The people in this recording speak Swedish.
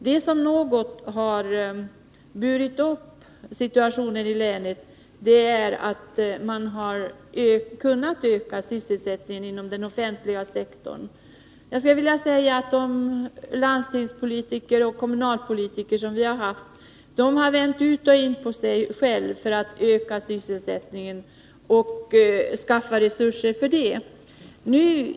Det som något har burit upp situationen i länet är att man har kunnat öka sysselsättningen inom den offentliga sektorn. Länets landstingspolitiker och kommunalpolitiker har vänt ut och in på sig själva för att öka sysselsättningen och skaffa resurser till det.